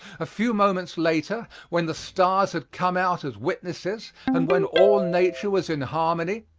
a few moments later, when the stars had come out as witnesses and when all nature was in harmony,